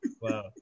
wow